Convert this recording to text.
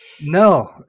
No